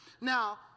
now